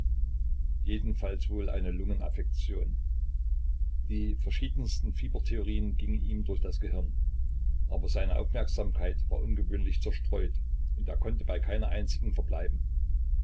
jedenfalls wohl eine lungenaffektion die verschiedensten fiebertheorien gingen ihm durch das gehirn aber seine aufmerksamkeit war ungewöhnlich zerstreut und er konnte bei keiner einzigen verbleiben